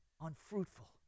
unfruitful